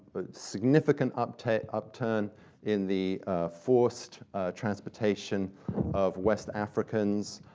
significant upturn upturn in the forced transportation of west africans,